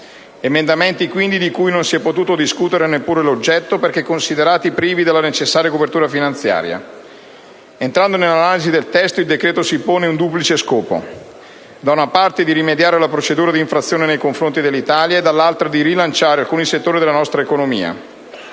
emendamenti, quindi, non si è potuto discutere neppure l'oggetto perché considerati privi della necessaria copertura finanziaria. Entrando nell'analisi del testo, il decreto-legge si pone un duplice scopo: da una parte, rimediare alla procedura di infrazione nei confronti dell'Italia e, dall'altra, rilanciare alcuni settori della nostra economia.